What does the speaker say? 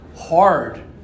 hard